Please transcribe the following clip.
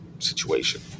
Situation